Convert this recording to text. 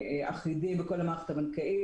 אחידים בכל המערכת הבנקאית,